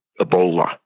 Ebola